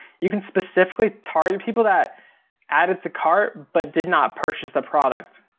you can specifically target people that added to cart but did not purchase the product.